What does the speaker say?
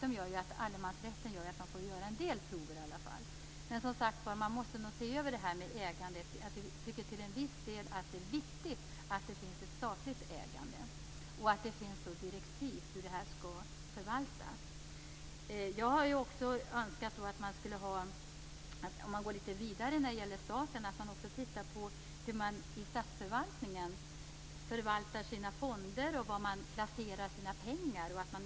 Nu gör ju allemansrätten att man ändå får göra en del prover. Men som sagt var: Man måste nog se över det här med ägandet. Jag tycker till viss del att det är viktigt att det finns ett statligt ägande och att det finns direktiv för hur det skall förvaltas. Jag har också önskat, om man går litet vidare när det gäller staten, att man också tittar på hur man i statsförvaltningen förvaltar sina fonder och var man placerar sina pengar.